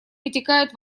вытекает